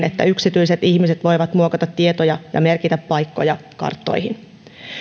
että yksityiset ihmiset voivat muokata tietoja ja merkitä paikkoja karttoihin